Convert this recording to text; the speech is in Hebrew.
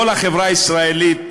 כל החברה הישראלית